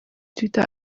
twitter